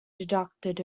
deducted